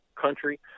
country